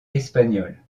espagnol